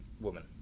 woman